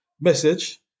message